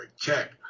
check